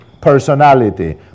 personality